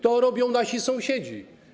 To robią nasi sąsiedzi!